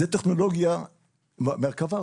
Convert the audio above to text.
מרכבה,